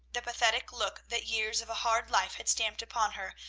the pathetic look that years of a hard life had stamped upon her,